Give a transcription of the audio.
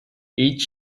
each